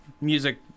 music